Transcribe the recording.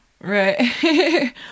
Right